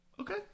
Okay